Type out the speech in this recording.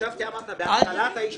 חשבתי שאמרת שנגיש בתחילת הישיבה.